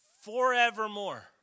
forevermore